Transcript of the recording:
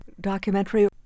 documentary